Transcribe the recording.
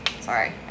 sorry